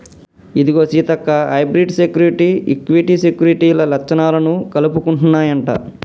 ఇదిగో Seethakka hybrid security, equity సెక్యూరిటీల లచ్చణాలను కలుపుకుంటన్నాయంట